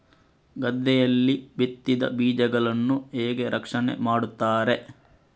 ಗದ್ದೆಯಲ್ಲಿ ಬಿತ್ತಿದ ಬೀಜಗಳನ್ನು ಹೇಗೆ ರಕ್ಷಣೆ ಮಾಡುತ್ತಾರೆ?